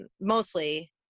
mostly